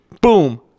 Boom